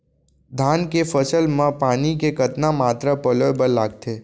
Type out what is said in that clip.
धान के फसल म पानी के कतना मात्रा पलोय बर लागथे?